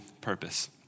purpose